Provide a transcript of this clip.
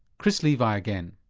chris levi again.